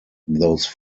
those